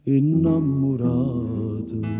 innamorato